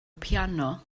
piano